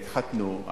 יתחתנו,